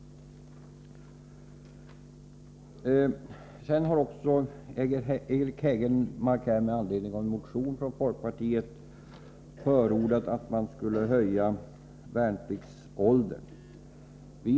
Vidare har Eric Hägelmark och en annan folkpartist i en motion förordat en höjning av värnpliktsåldern.